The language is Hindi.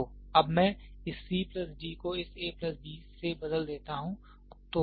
तो अब मैं इस c प्लस d को इस a प्लस b से बदल देता हूं